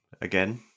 again